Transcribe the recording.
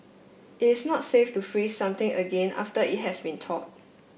it is not safe to freeze something again after it has been thawed